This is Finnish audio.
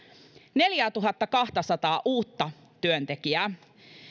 neljäätuhattakahtasataa uutta työntekijää